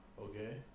Okay